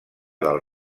del